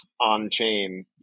on-chain